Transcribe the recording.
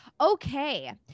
Okay